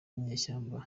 n’inyeshyamba